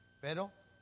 Pero